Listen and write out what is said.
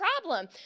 problem